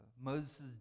Moses